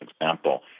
example